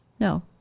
No